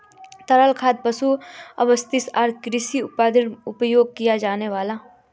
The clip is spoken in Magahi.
तरल खाद पशु अपशिष्ट आर कृषि उर्वरकेर रूपत उपयोग किया जाने वाला कार्बनिक पदार्थोंर मिश्रण छे